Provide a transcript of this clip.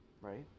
Right